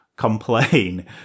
complain